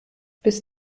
bis